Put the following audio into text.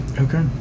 Okay